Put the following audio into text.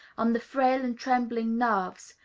on the frail and trembling nerves,